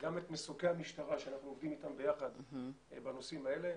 וגם את מסוקי המשטרה אתם אנחנו עובדים ביחד בנושאים האלה.